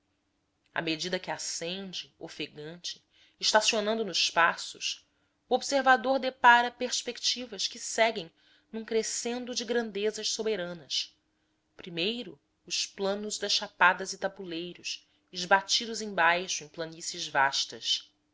à medida que ascende ofegante estacionando nos passos o observador depara perspectivas que seguem num crescendo de grandezas soberanas primeiro os planos das chapadas e tabuleiros esbatidos embaixo em planícies vastas